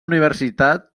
universitat